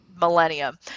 millennium